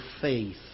faith